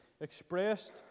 expressed